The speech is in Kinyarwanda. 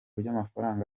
by’amafaranga